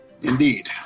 Indeed